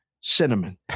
cinnamon